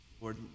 Lord